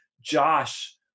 Josh